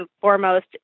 foremost